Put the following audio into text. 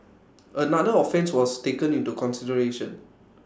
another offence was taken into consideration